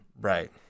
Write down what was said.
Right